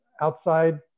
outside